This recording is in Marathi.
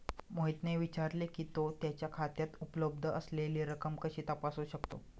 मोहितने विचारले की, तो त्याच्या खात्यात उपलब्ध असलेली रक्कम कशी तपासू शकतो?